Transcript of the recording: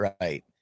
right